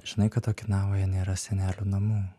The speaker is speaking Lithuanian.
žinai kad okinavoje nėra senelių namų